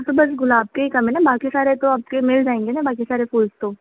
तो बस गुलाब के ही कम हैं ना बाकी सारे तो आपके मिल जाएंगे ना बाकी सारे फूल्स तो